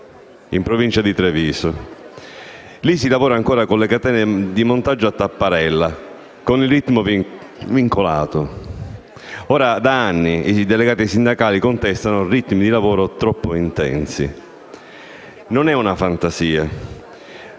in provincia di Treviso. Lì si lavora ancora con le catene di montaggio a tapparella, con il ritmo vincolato. Da anni i delegati sindacali contestano ritmi di lavoro troppo intensi. Non è una fantasia: